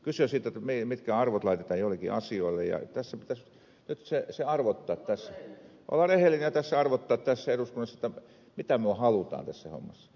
kyse on siitä mitkä arvot laitetaan joillekin asioille ja tässä pitäisi nyt se arvottaa olla rehellinen ja arvottaa tässä eduskunnassa mitä me haluamme tässä hommassa